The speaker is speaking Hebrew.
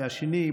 והשני,